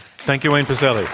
thank you, wayne pacelle.